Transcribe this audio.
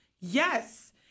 Yes